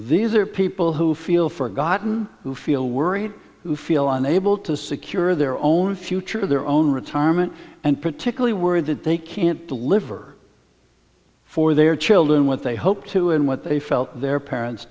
these are people who feel forgotten who feel worried who feel unable to secure their own future their own retirement and particularly worried that they can't deliver for their children what they hope to and what they felt their parents